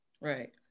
right